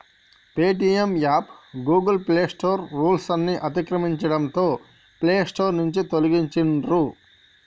Paytm app Google play store రూల్స్ను అతిక్రమించడంతో play store నుంచి తొలగించిర్రు